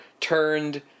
turned